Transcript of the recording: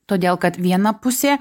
todėl kad viena pusė